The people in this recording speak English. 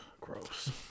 Gross